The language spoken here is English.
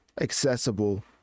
accessible